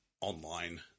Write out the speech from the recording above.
online